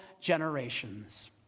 generations